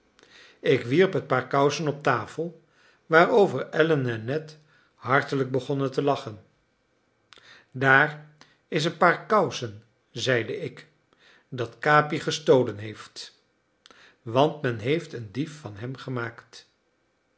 ik wierp het paar kousen op tafel waarover allen en ned hartelijk begonnen te lachen daar is een paar kousen zeide ik dat capi gestolen heeft want men heeft een dief van hem gemaakt